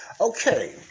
Okay